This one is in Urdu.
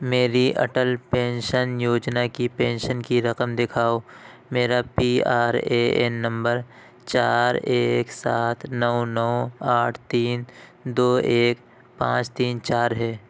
میری اٹل پینشن یوجنا کی پینشن کی رقم دکھاؤ میرا پی آر اے این نمبر چار ایک سات نو نو آٹھ تین دو ایک پانچ تین چار ہے